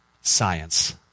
science